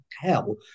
hell